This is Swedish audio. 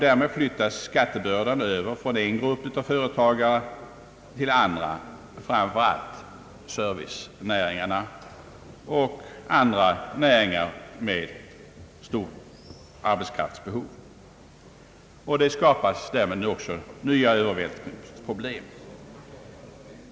Därmed flyttas skattebördan över från en grupp av företagare till andra, framför allt servicenäringarna och andra näringar med stort arbetskraftsbehov. Därigenom skapas också nya övervältringsproblem.